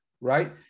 right